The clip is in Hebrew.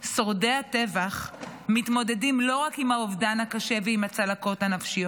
שורדי הטבח מתמודדים לא רק עם האובדן הקשה ועם הצלקות הנפשיות,